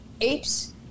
apes